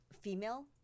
female